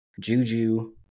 Juju